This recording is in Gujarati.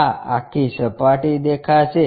આ આખી સપાટી દેખાશે